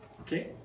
Okay